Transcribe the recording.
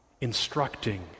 Instructing